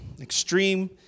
Extreme